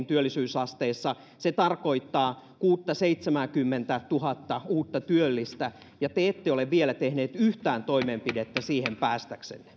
työllisyysasteessa se tarkoittaa kuuttakymmentätuhatta viiva seitsemääkymmentätuhatta uutta työllistä ja te ette ole vielä tehneet yhtään toimenpidettä siihen päästäksenne